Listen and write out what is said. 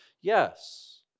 yes